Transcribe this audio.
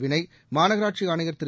வினய் மாநகராட்சி ஆணையர் திரு